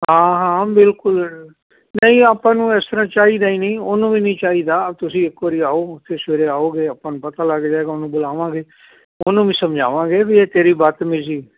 ਹਾਂ ਹਾਂ ਬਿਲਕੁਲ ਨਹੀਂ ਆਪਾਂ ਨੂੰ ਇਸ ਤਰਾਂ ਚਾਹੀਦਾ ਹੀ ਨਹੀਂ ਉਹਨੂੰ ਵੀ ਨਹੀਂ ਚਾਹੀਦਾ ਤੁਸੀਂ ਇੱਕ ਵਾਰੀ ਆਓ ਉਥੇ ਸਵੇਰੇ ਆਓਗੇ ਆਪਾਂ ਨੂੰ ਪਤਾ ਲੱਗ ਜਾਏਗਾ ਉਹਨੂੰ ਬੁਲਾਵਾਂਗੇ ਉਹਨੂੰ ਵੀ ਸਮਝਾਵਾਂਗੇ ਵੀ ਇਹ ਤੇਰੀ ਬਦਮੀਜੀ